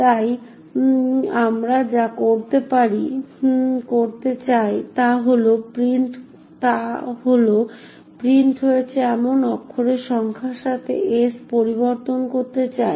তাই আমরা যা করতে চাই তা হল প্রিন্ট হয়েছে এমন অক্ষরের সংখ্যার সাথে s পরিবর্তন করতে চাই